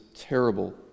terrible